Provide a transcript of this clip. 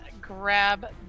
grab